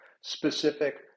specific